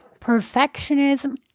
perfectionism